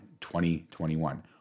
2021